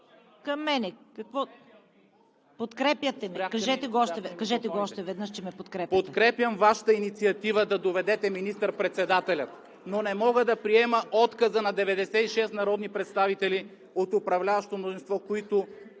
микрофони.) Подкрепяте ме – кажете го още веднъж, че ме подкрепяте. ГЕОРГИ СВИЛЕНСКИ: Подкрепям Вашата инициатива да доведете министър-председателя, но не мога да приема отказа на 96 народни представители от управляващото мнозинство, които